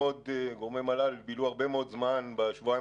גורמי מל"ל בילו הרבה מאוד זמן בשבועיים